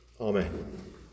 Amen